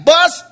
Bus